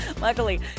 Luckily